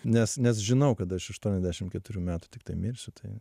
nes nes žinau kad aš aštuoniasdešim keturių metų tiktai mirsiu tai